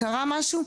קרה משהו,